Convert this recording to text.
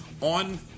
on